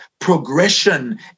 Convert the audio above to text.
progression